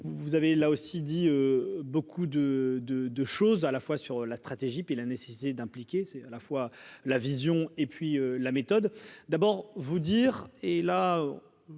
vous avez là aussi dit beaucoup de de. 2 choses à la fois sur la stratégie, puis la nécessité d'impliquer, c'est à la fois la vision et puis la méthode d'abord vous dire et là,